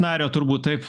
nario turbūt taip